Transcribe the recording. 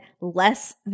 less